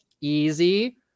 easy